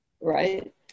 right